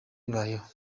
bibayeho